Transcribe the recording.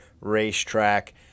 racetrack